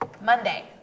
Monday